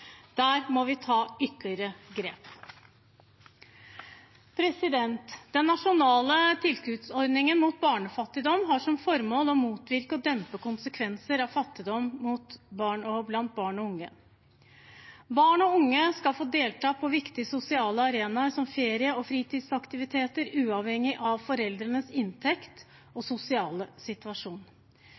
Der må vi ta ytterligere grep. Den nasjonale tilskuddsordningen mot barnefattigdom har som formål å motvirke og dempe konsekvenser av fattigdom blant barn og unge. Barn og unge skal få delta på viktige sosiale arenaer som ferie- og fritidsaktiviteter uavhengig av foreldrenes inntekt og sosiale situasjon.